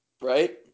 Right